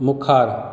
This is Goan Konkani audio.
मुखार